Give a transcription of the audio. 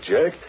Jack